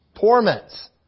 Torments